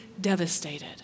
devastated